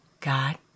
God